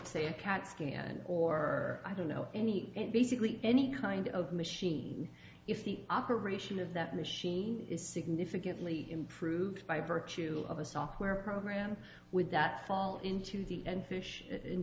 say a cat scan or i don't know any basically any kind of machine if the operation of that machine is significantly improved by virtue of a software program with that fall into the end fish